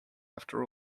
after